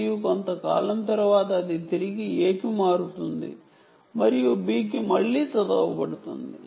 మరియు కొంత కాలం తరువాత అది తిరిగి A స్టేట్ కి మారుతుంది మరియు మళ్ళీ చదవబడుతుంది